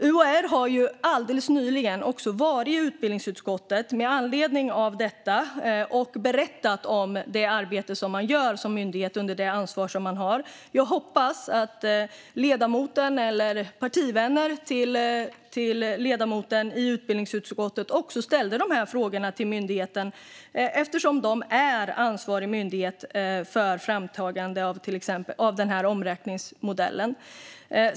UHR har alldeles nyligen också varit i utbildningsutskottet med anledning av detta och berättat om det arbete man som myndighet gör under det ansvar man har. Jag hoppas att ledamoten eller partivänner till ledamoten i utbildningsutskottet också ställde dessa frågor till myndigheten eftersom den ansvarar för framtagande av denna omräkningsmodell.